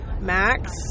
max